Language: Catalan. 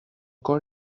cor